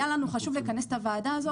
היה לנו חשוב לכנס את הוועדה הזאת,